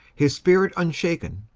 his spirit unshaken,